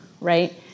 right